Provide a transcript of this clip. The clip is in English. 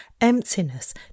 emptiness